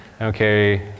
Okay